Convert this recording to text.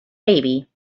baby